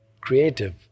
creative